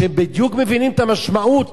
שבדיוק מבינים את המשמעות